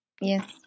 Yes